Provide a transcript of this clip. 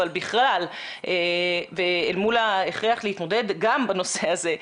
אבל בכלל אל מול ההכרח להתמודד עם הנושא הזה.